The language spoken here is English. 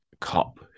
cop